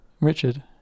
Richard